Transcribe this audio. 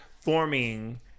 forming